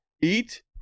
Eat